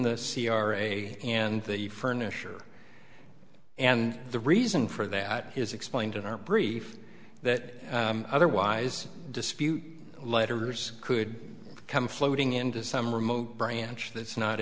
the c r a and the furniture and the reason for that is explained in our brief that otherwise dispute letters could come floating into some remote branch that's not